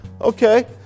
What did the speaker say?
Okay